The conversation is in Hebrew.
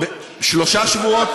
שלושה שבועות?